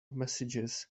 messages